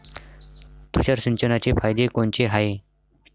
तुषार सिंचनाचे फायदे कोनचे हाये?